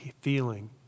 feeling